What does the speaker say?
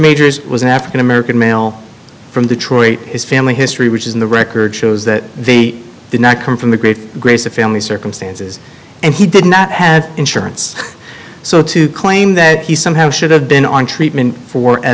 majors was an african american male from detroit his family history which is in the record shows that they did not come from the great grace of family circumstances and he did not have insurance so to claim that he somehow should have been on treatment for